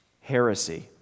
heresy